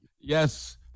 Yes